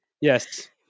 Yes